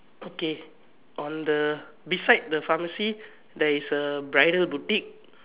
okay on the beside the pharmacy there is a bridal boutique